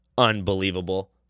unbelievable